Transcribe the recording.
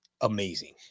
amazing